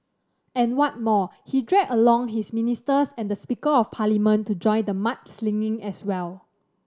and what more he dragged along his ministers and the Speaker of Parliament to join the mudslinging as well